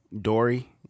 Dory